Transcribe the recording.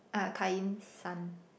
uh Kai-Yin son